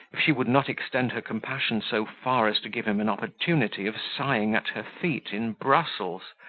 if she would not extend her compassion so far as to give him an opportunity of sighing at her feet in brussels,